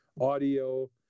audio